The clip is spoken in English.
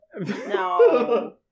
No